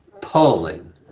polling